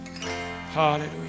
Hallelujah